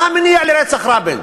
מה היה המניע לרצח רבין?